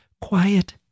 quiet